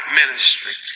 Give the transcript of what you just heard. ministry